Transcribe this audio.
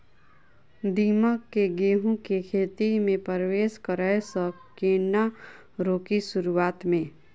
दीमक केँ गेंहूँ केँ खेती मे परवेश करै सँ केना रोकि शुरुआत में?